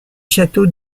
château